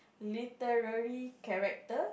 literary character